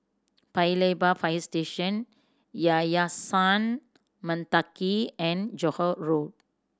Paya Lebar Fire Station Yayasan Mendaki and Johore Road